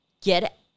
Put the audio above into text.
get